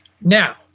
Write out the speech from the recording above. Now